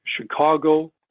Chicago